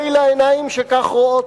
אוי לעיניים שכך רואות.